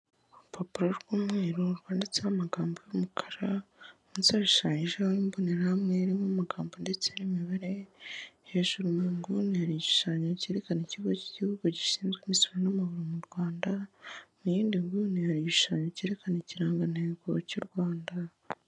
Urupapuro rw'umweru rwanditseho amagambo y'umukara, munsi hashushanyijeho imbonerahamwe irimo amagambo ndetse n'imibare, hejuru mu nguni hari igishushanyo cyerekana ikigo cy'igihugu gishinzwe imisoro n'amahoro mu Rwanda, mu yindi nguni hari igishanyo cyerekana ikirangantego cy'u Rwanda.